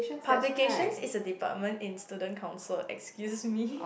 publication is a department in student council excuse me